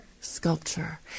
Sculpture